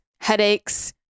headaches